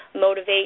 motivate